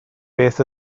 beth